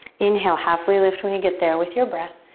inhale, halfway lift when you get there with your breath.